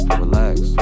relax